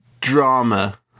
drama